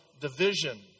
division